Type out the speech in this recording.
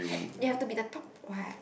you have to be the top what